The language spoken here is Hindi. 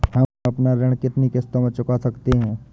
हम अपना ऋण कितनी किश्तों में चुका सकते हैं?